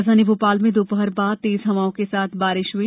राजधानी भोपाल में दोपहर बाद तेज हवाओं के साथ बारिश हुई